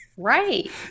Right